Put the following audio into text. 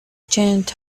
changed